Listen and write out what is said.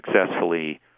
successfully